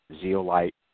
zeolite